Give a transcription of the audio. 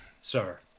sir